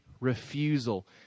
refusal